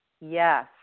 yes